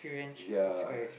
ya